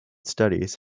studies